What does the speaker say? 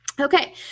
Okay